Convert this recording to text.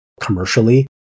commercially